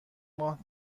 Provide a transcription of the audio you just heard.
ماه